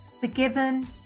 Forgiven